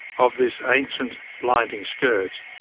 of this ancient blinding scourge,